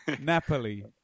Napoli